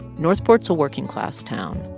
north port's a working-class town,